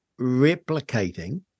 replicating